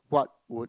what would